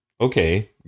Okay